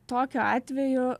tokiu atveju